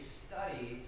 study